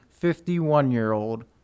51-year-old